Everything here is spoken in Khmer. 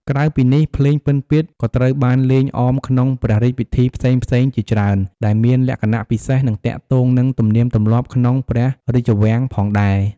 ក្រៅពីនេះ ភ្លេងពិណពាទ្យក៏ត្រូវបានលេងអមក្នុងព្រះរាជពិធីផ្សេងៗជាច្រើន ដែលមានលក្ខណៈពិសេស និងទាក់ទងនឹងទំនៀមទម្លាប់ក្នុងព្រះរាជវាំងផងដេរ។